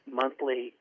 monthly